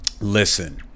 listen